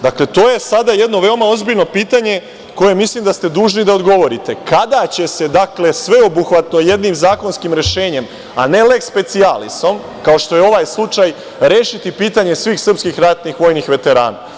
Dakle, to je sada jedno veoma ozbiljno pitanje koje mislim da ste dužni da odgovorite – kada će se sveobuhvatno jednim zakonskim rešenjem, a ne leks specijalisom, kao što je ovaj slučaj, rešiti pitanje svih srpskih ratnih vojnih veterana?